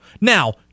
Now